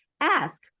Ask